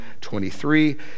23